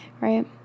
Right